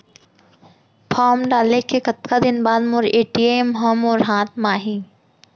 Form डाले के कतका दिन बाद मोर ए.टी.एम ह मोर हाथ म आही?